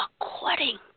According